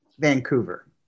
vancouver